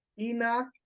Enoch